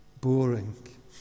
boring